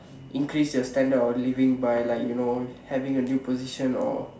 increase your standard of living by like you know having a new position or